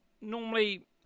normally